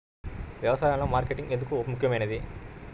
వ్యసాయంలో మార్కెటింగ్ ఎందుకు ముఖ్యమైనది?